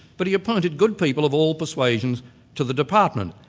but he appointed good people of all persuasions to the department.